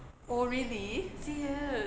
oh really